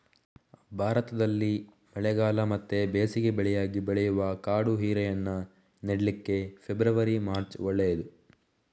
ಭಾರತದಲ್ಲಿ ಮಳೆಗಾಲ ಮತ್ತೆ ಬೇಸಿಗೆ ಬೆಳೆಯಾಗಿ ಬೆಳೆಯುವ ಕಾಡು ಹೀರೆಯನ್ನ ನೆಡ್ಲಿಕ್ಕೆ ಫೆಬ್ರವರಿ, ಮಾರ್ಚ್ ಒಳ್ಳೇದು